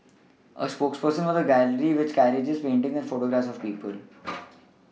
a spokesman for the gallery which carries paintings and photographs of people